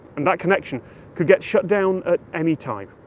and that connection could get shut down at any time.